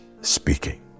speaking